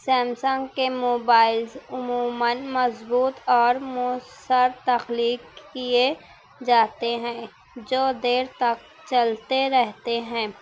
Samsung کے mobiles عموماً مضبوط اور موثر تخلیق کیے جاتے ہیں جو دیر تک چلتے رہتے ہیں